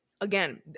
again